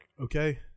okay